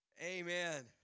Amen